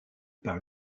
par